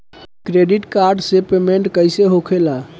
Credit card से payment कईसे होखेला?